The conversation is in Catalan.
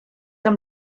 amb